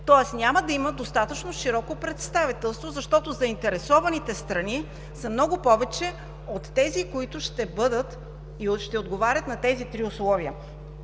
тоест няма да има достатъчно широко представителство, защото заинтересованите страни са много повече от тези, които ще бъдат, ще отговарят на тези три условия.